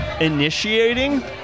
initiating